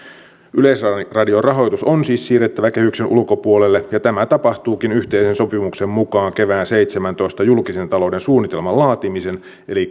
yleisradion rahoitus on siis siirrettävä kehyksen ulkopuolelle ja tämä tapahtuukin yhteisen sopimuksen mukaan kevään kaksituhattaseitsemäntoista julkisen talouden suunnitelman laatimisen eli